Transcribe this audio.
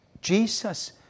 Jesus